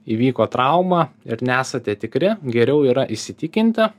įvyko trauma ir nesate tikri geriau yra įsitikinti